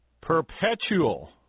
perpetual